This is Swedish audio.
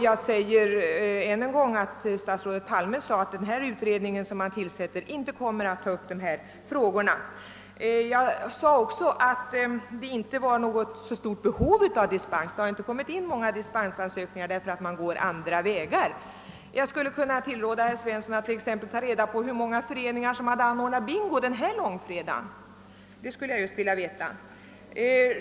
Jag påminner än en gång om att statsrådet Palme sade att den utredning man nu är i färd med att tillsätta inte kommer att ta upp dessa frågor. Jag påpekade också att det inte fanns något stort behov av dispens. Det har inte kommit in många dispensansökningar därför att man går andra vägar. Jag skulle vilja tillråda herr Svensson att ta reda på hur många föreningar som hade anordnat Bingo senaste långfredag. Det skulle jag vilja veta.